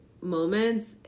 moments